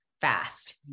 fast